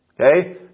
Okay